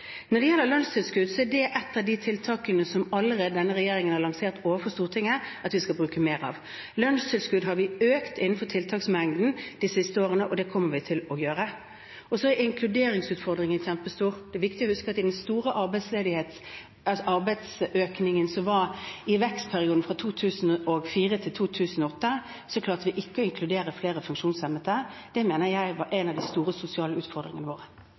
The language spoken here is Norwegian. Når det gjelder lønnstilskudd, er det et av de tiltakene som denne regjeringen allerede har lansert overfor Stortinget at vi skal bruke mer av. Vi har økt lønnstilskuddet innenfor tiltaksmengden de siste årene, og det kommer vi fortsatt til å gjøre. Så er inkluderingsutfordringene kjempestore. Det er viktig å huske på at i forbindelse med den store arbeidsøkningen som var i vekstperioden 2004–2008, klarte vi ikke å inkludere flere funksjonshemmede. Det mener jeg er en av de store sosiale utfordringene våre.